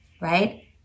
right